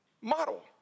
model